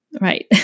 Right